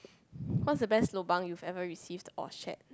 what is the best lobang you've ever received or shared